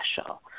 special